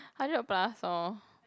hundred plus lor